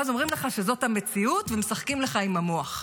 ואז אומרים לך שזאת המציאות, ומשחקים לך עם המוח.